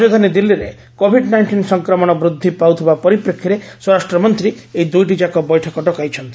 ରାଜଧାନୀ ଦିଲ୍ଲୀରେ covid nineteen ସଂକ୍ରମଣ ବୃଦ୍ଧି ପାଉଥିବା ପରିପ୍ରେକ୍ଷୀରେ ସ୍ୱରାଷ୍ଟ୍ର ମନ୍ତ୍ରୀ ଏହି ଦୁଇଟିଯାକ ବୈଠକ ଡକାଇଛନ୍ତି